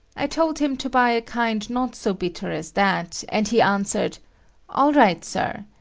i told him to buy a kind not so bitter as that, and he answered all right, sir,